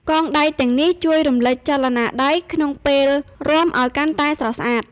កងដៃទាំងនេះជួយរំលេចចលនាដៃក្នុងពេលរាំឱ្យកាន់តែស្រស់ស្អាត។